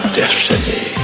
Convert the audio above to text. destiny